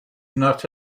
not